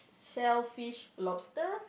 shellfish lobster